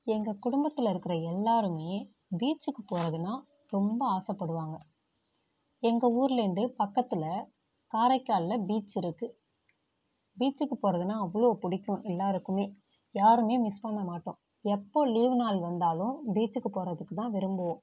எங்கள் குடும்பத்தில் இருக்கிற எல்லாருமே பீச்சுக்கு போறதுன்னால் ரொம்ப ஆசைப்படுவாங்க எங்கள் ஊர்லேருந்து பக்கத்தில் காரைக்காலில் பீச் இருக்குது பீச்சுக்கு போறதுன்னால் அவ்வளோ பிடிக்கும் எல்லாருக்குமே யாருமே மிஸ் பண்ண மாட்டோம் எப்போது லீவு நாள் வந்தாலும் பீச்சுக்கு போகிறதுக்கு தான் விரும்புவோம்